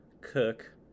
cook